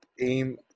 aim